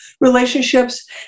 relationships